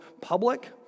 public